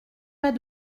pas